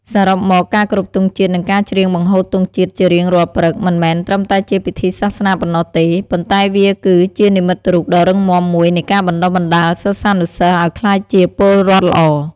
សរុបមក ការគោរពទង់ជាតិ និងការច្រៀងបង្ហូតទង់ជាតិជារៀងរាល់ព្រឹក មិនមែនត្រឹមតែជាពិធីសាសនាប៉ុណ្ណោះទេ ប៉ុន្តែវាគឺជានិមិត្តរូបដ៏រឹងមាំមួយនៃការបណ្ដុះបណ្ដាលសិស្សានុសិស្សឱ្យក្លាយជា ពលរដ្ឋល្អ។